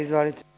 Izvolite.